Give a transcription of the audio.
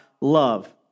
love